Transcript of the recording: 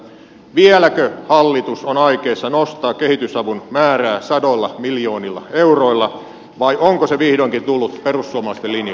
vieläkö hallitus on aikeissa nostaa kehitysavun määrää sadoilla miljoonilla euroilla vai onko se vihdoinkin tullut perussuomalaisten linjoille